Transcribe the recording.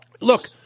look